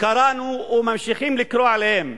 קראנו וממשיכים לקרוא עליהן.